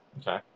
okay